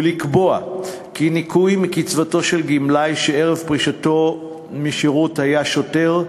ולקבוע כי ניכוי מקצבתו של גמלאי שערב פרישתו משירות היה שוטר,